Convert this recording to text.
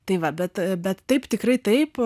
tai va bet bet taip tikrai taip